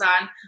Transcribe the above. on